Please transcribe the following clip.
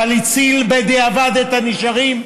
אבל הציל בדיעבד את הנשארים,